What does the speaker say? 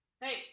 Hey